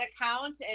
account